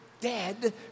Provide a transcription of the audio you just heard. Dead